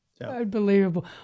Unbelievable